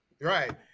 Right